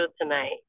tonight